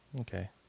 Okay